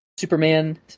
Superman